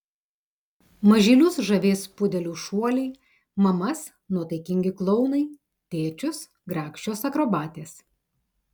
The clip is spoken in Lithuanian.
mažylius žavės pudelių šuoliai mamas nuotaikingi klounai tėčius grakščios akrobatės